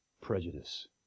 prejudice